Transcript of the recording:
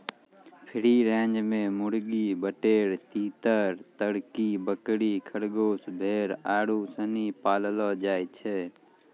free range मे मुर्गी, बटेर, तीतर, तरकी, बकरी, खरगोस, भेड़ आरु सनी पाललो जाय छै